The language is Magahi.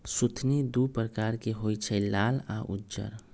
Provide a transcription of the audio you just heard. सुथनि दू परकार के होई छै लाल आ उज्जर